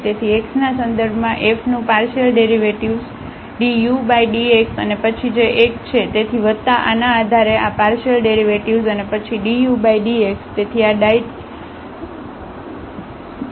તેથી x ના સંદર્ભમાં f નું પાર્શિયલડેરિવેટિવ્ઝdudx અને પછી જે 1 છે તેથી વત્તા આના આધારે આ પાર્શિયલડેરિવેટિવ્ઝ અને પછી dudx